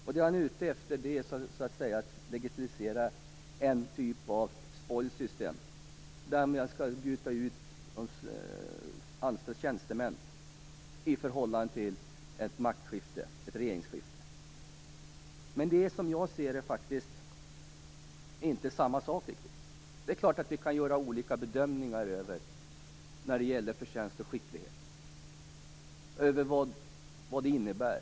Vad han är ute efter är att legitimera en typ av spoil system, där anställda tjänstemän byts ut i förhållande till fördelningen vid ett regeringsskifte. Som jag ser detta är det inte riktigt samma sak. Det är klart att vi när det gäller förtjänst och skicklighet kan göra olika bedömningar av vad det innebär.